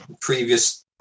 previous